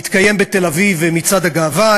יתקיים בתל-אביב מצעד הגאווה,